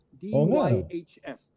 DYHF